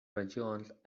regions